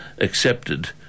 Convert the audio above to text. accepted